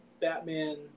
Batman